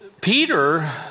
Peter